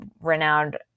renowned